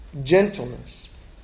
gentleness